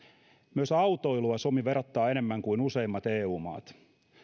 myös autoilua suomi verottaa enemmän kuin useimmat eu maat